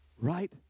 right